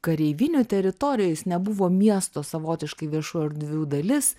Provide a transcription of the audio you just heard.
kareivinių teritorijoj jis nebuvo miesto savotiškai viešųjų erdvių dalis